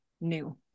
new